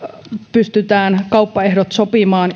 pystytään kauppaehdot sopimaan